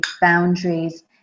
boundaries